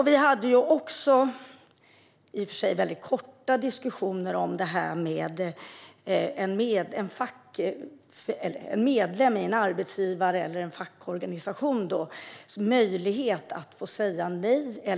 Vi hade i och för sig också korta diskussioner om möjligheten för en medlem i en arbetsgivar eller fackorganisation att säga nej.